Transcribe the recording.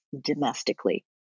domestically